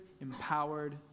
empowered